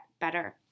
better